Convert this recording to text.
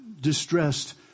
distressed